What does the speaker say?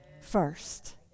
first